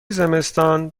زمستان